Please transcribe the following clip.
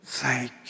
thank